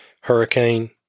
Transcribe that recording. hurricane